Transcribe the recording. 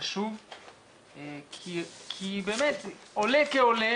חשוב כי באמת עולה כעולה,